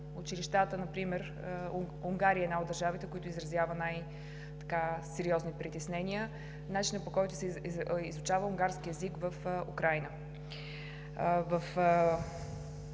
училищата, например в Унгария. Тя е една от държавите, която изразява най-сериозни притеснения от начина, по който се изучава унгарски език в Украйна.